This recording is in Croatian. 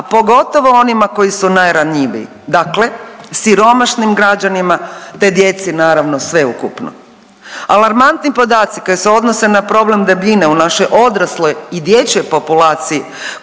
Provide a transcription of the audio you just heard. a pogotovo onima koji su najranjiviji, dakle siromašnim građanima, te djeci naravno sveukupno. Alarmantni podaci koji se odnose na problem debljine u našoj odrasloj i dječjoj populaciji